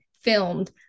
filmed